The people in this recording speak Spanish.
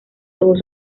todos